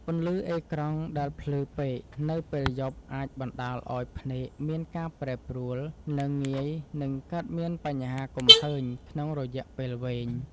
ពន្លឺអេក្រង់ដែលភ្លឺពេកនៅពេលយប់អាចបណ្ដាលឱ្យភ្នែកមានការប្រែប្រួលនិងងាយនឹងកើតមានបញ្ហាគំហើញក្នុងរយៈពេលវែង។